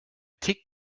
tickt